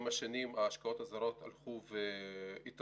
עם השנים השקעות הזרות הלכו והתרחבו.